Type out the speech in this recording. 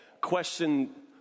question